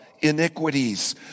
iniquities